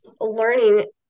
learning